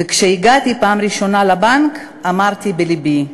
וכשהגעתי בפעם הראשונה לבנק אמרתי בלבי: